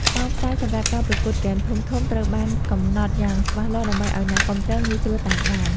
ម៉ោងផ្សាយសម្រាប់ការប្រកួតហ្គេមធំៗត្រូវបានកំណត់យ៉ាងច្បាស់លាស់ ដើម្បីឱ្យអ្នកគាំទ្រងាយស្រួលតាមដាន។